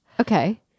okay